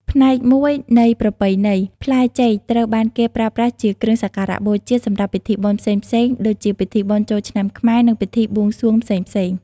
ផ្នែកមួយនៃប្រពៃណី ផ្លែចេកត្រូវបានគេប្រើប្រាស់ជាគ្រឿងសក្ការបូជាសម្រាប់ពិធីបុណ្យផ្សេងៗ ដូចជាពិធីបុណ្យចូលឆ្នាំខ្មែរ និងពិធីបួងសួងផ្សេងៗ។